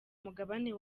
mugabane